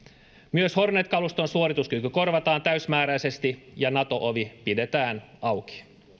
myös hornet kaluston suorituskyky korvataan täysimääräisesti ja nato ovi pidetään auki